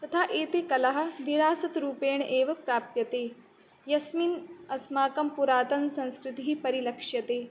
तथा एताः कलाः विरासत् रूपेण एव प्राप्यते यस्मिन् अस्माकं पुरातनसंस्कृतिः परिलक्ष्यते